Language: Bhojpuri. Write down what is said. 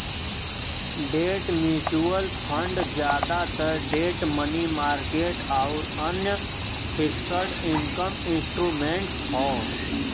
डेट म्यूचुअल फंड जादातर डेट मनी मार्केट आउर अन्य फिक्स्ड इनकम इंस्ट्रूमेंट्स हौ